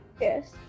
Yes